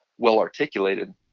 well-articulated